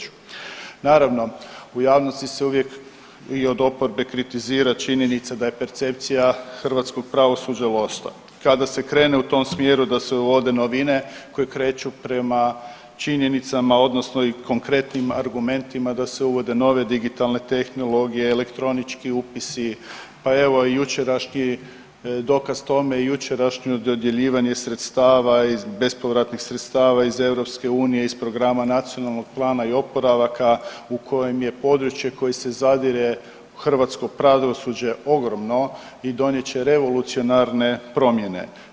Naravno, u javnosti se uvijek i od oporbe kritizira činjenica da je percepcija hrvatskog pravosuđa loša, kada se krene u tom smjeru da se uvode novine koje se kreću prema činjenicama odnosno i konkretnim argumentima da se uvode nove digitalne tehnologije i elektronički upisi, pa evo i jučerašnji, doka tome je i jučerašnje dodjeljivanje sredstava, bespovratnih sredstava iz EU iz programa NPOO-a u kojem je područje koje se zadire u hrvatsko pravosuđe ogromno i donijet će revolucionarne promjene.